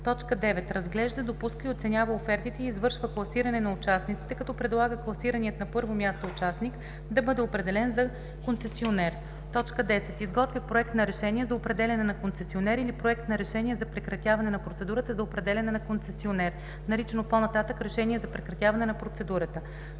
оферта; 9. разглежда, допуска и оценява офертите и извършва класиране на участниците, като предлага класираният на първо място участник да бъде определен за концесионер; 10. изготвя проект на решение за определяне на концесионер или проект на решение за прекратяване на процедурата за определяне на концесионер, наричано по-нататък „решение за прекратяване на процедурата“;